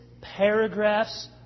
paragraphs